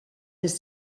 has